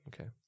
okay